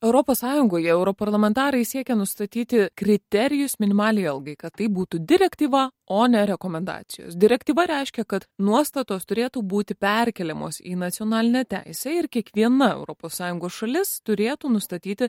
europos sąjungoje europarlamentarai siekia nustatyti kriterijus minimaliai algai kad tai būtų direktyva o ne rekomendacijos direktyva reiškia kad nuostatos turėtų būti perkeliamos į nacionalinę teisę ir kiekviena europos sąjungos šalis turėtų nustatyti